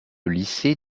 lycée